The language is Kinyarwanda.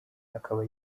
akaba